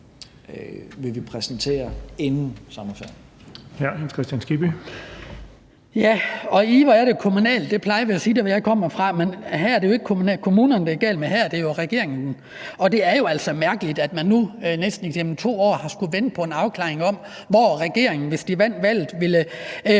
det er altså mærkeligt, at man nu igennem næsten 2 år har skullet vente på en afklaring om, hvor regeringen, hvis de vandt valget,